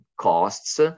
costs